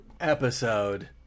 episode